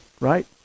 right